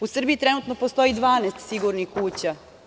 U Srbiji trenutno postoji 12 sigurnih kuća.